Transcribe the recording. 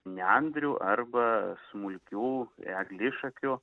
nendrių arba smulkių eglišakių